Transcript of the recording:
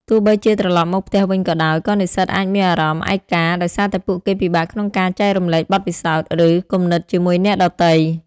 ទោះបីជាត្រឡប់មកផ្ទះវិញក៏ដោយ ក៏និស្សិតអាចមានអារម្មណ៍ឯកា ដោយសារតែពួកគេពិបាកក្នុងការចែករំលែកបទពិសោធន៍ ឬគំនិតជាមួយអ្នកដទៃ។